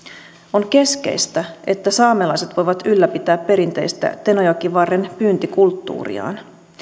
on keskeistä että saamelaiset voivat ylläpitää perinteistä tenojoki varren pyyntikulttuuriaan